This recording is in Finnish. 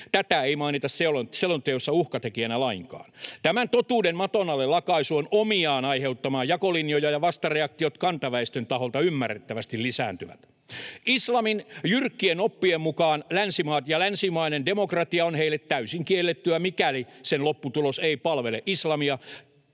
tätä ei mainita selonteossa uhkatekijänä lainkaan. Tämän totuuden maton alle lakaisu on omiaan aiheuttamaan jakolinjoja, ja vastareaktiot kantaväestön taholta ymmärrettävästi lisääntyvät. Islamin jyrkkien oppien mukaan länsimaat ja länsimainen demokratia ovat heille täysin kiellettyjä, mikäli sen lopputulos ei palvele islamia